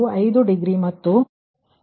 165 degree ಮತ್ತು 3 3